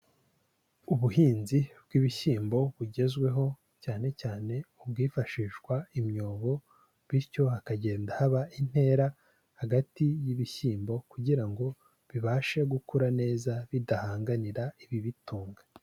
Ubuhinzi bw'ibishyimbo bugezweho cyane cyane ubwifashishwa imyobo bityo hakagenda haba intera hagati y'ibishyimbo kugira ngo bibashe gukura neza bidahanganira ibibitunga.